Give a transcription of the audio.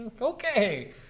okay